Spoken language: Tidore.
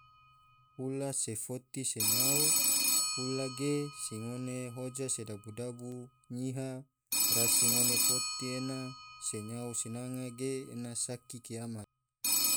Hula se foti se nyao, hula ge se ngone hoja se dabu-dabu nyiha, rasi ngone foti ena se nyao sinanga ge ena saki kiamat.